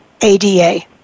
ADA